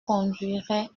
conduirait